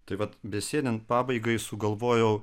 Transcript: tai vat besėdint pabaigai sugalvojau